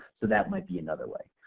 so that might be another way.